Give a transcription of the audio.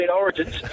origins